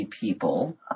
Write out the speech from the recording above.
people